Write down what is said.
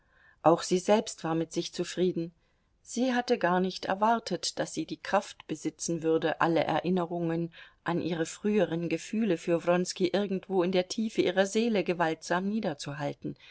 auch sie selbst war mit sich zufrieden sie hatte gar nicht erwartet daß sie die kraft besitzen würde alle erinnerungen an ihre früheren gefühle für wronski irgendwo in der tiefe ihrer seele gewaltsam